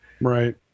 Right